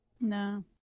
No